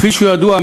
כפי שידוע,